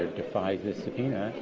defies this subpoena,